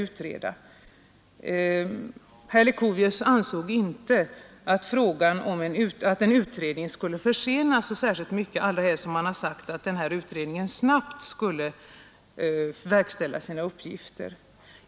Herr Leuchovius ansåg inte att en utredning skulle försena åtgärderna så särskilt mycket, allra helst som man uttalat att denna utredning snabbt skulle verkställa sina uppgifter.